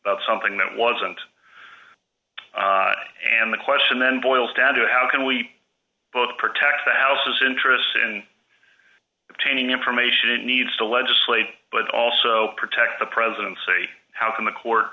something that wasn't and the question then boils down to how can we both protect the house interests and attaining information it needs to legislate but also protect the presidency how can the court